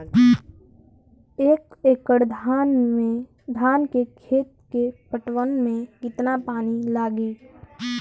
एक एकड़ धान के खेत के पटवन मे कितना पानी लागि?